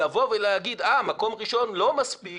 לבוא ולומר, אה, מקום ראשון לא מספיק